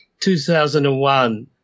2001